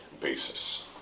basis